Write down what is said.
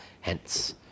Hence